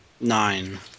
Nine